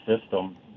system